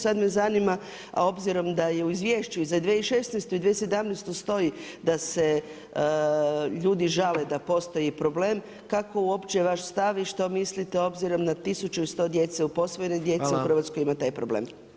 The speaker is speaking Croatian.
Sad me zanima, obzirom da je u izvješću za 2016. i 2017. stoji da se ljudi žale da postoji problem, kako uopće vaš stav i što mislite obzirom na 1100 djece, posvojene djece u Hrvatskoj ima taj problem?